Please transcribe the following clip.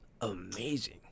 amazing